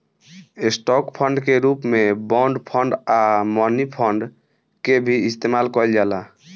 stock fund के रूप में बॉन्ड फंड आ मनी फंड के भी इस्तमाल कईल जाला